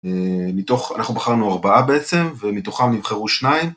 אה... מתוך, אנחנו בחרנו ארבעה בעצם, ומתוכם נבחרו שניים...